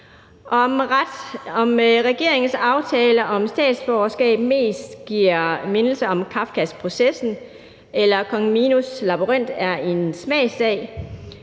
Om regeringens aftale om statsborgerskab mest giver mindelser om Kafkas »Processen« eller kong Minos' labyrint er en smagssag.